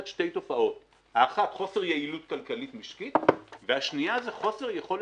שתי תופעות: אחת חוסר יעילות כלכלית משקית,